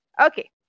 Okay